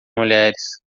mulheres